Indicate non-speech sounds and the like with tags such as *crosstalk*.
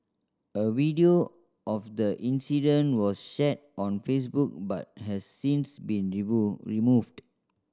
a video of the incident was shared on Facebook but has since been *unintelligible* removed